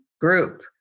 group